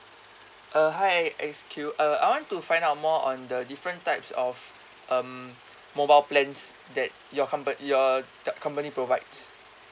uh hi X_Q uh I want to find out more on the different types of um mobile plans that your compa~ your uh company provides